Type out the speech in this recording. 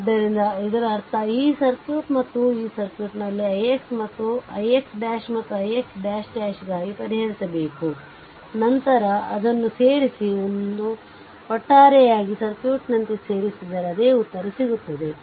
ಆದ್ದರಿಂದ ಇದರರ್ಥ ಈ ಸರ್ಕ್ಯೂಟ್ ಮತ್ತು ಆ ಸರ್ಕ್ಯೂಟ್ ನಲ್ಲಿ ix 'ಮತ್ತು ix"ಗಾಗಿ ಪರಿಹರಿಸಬೇಕು ನಂತರ ಅದನ್ನು ಸೇರಿಸಿ ಮತ್ತು ಒಟ್ಟಾರೆಯಾಗಿ ಸರ್ಕ್ಯೂಟ್ನಂತೆ ಸೇರಿಸಿದರೆ ಅದೇ ಉತ್ತರ ಸಿಗುತ್ತದೆ